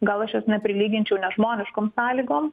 gal aš jas neprilyginčiau nežmoniškom sąlygom